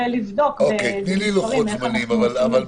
ולבדוק במספרים איך אנחנו עושים את זה בדיוק.